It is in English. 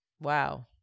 Wow